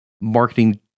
marketing